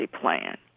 plan